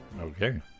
Okay